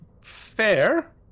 fair